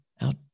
out